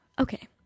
Okay